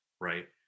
right